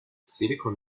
silicon